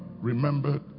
remembered